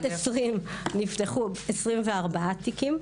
2020 נפתחו 24 תיקים,